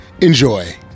enjoy